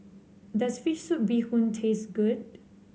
does fish soup Bee Hoon taste good